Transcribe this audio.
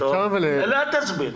אל תסביר.